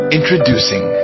Introducing